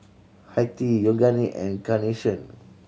Hi Tea Yoogane and Carnation